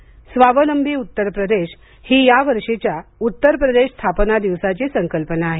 स्वावलंबी उत्तर प्रदेश हि यावर्षीच्या उत्तर प्रदेश स्थापना दिवसाची संकल्पना आहे